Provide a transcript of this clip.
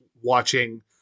watching